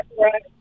Right